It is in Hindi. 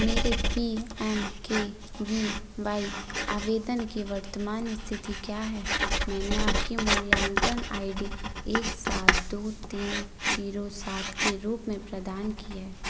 मेरे P M K V Y आवेदन की वर्तमान स्थिति क्या है मैंने आपकी मूल्यांकन आई डी एक सात दो तीन जीरो सात के रूप में प्रदान किया